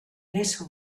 little